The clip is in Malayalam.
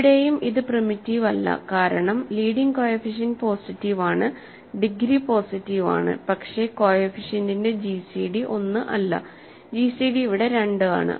ഇവിടെയും ഇത് പ്രിമിറ്റീവ് അല്ല കാരണം ലീഡിങ് കോഎഫിഷ്യന്റ് പോസിറ്റീവ് ആണ് ഡിഗ്രി പോസിറ്റീവ് ആണ് പക്ഷേ കോഎഫിഷ്യന്റിന്റെ ജിസിഡി 1 അല്ല ജിസിഡി ഇവിടെ 2 ആണ്